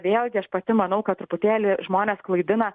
vėlgi aš pati manau kad truputėlį žmones klaidina